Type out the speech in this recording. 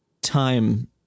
time